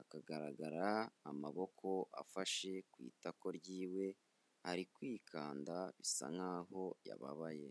akagaragara amaboko afashe ku itako ryiwe, ari kwikanda bisa nk'aho yababaye.